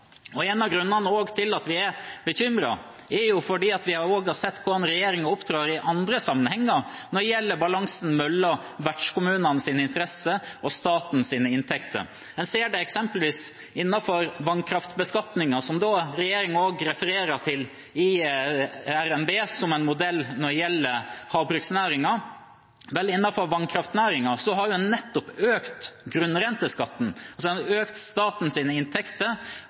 kommuner. En av grunnene til at vi er bekymret, er òg at vi har sett hvordan regjeringen opptrer i andre sammenhenger når det gjelder balansen mellom vertskommunenes interesser og statens inntekter. En ser det eksempelvis innenfor vannkraftbeskatningen, som regjeringen også i RNB refererer til som en modell når det gjelder havbruksnæringen. Innenfor vannkraftnæringen har en nettopp økt grunnrenteskatten. En har økt statens inntekter,